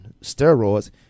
steroids